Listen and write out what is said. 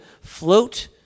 float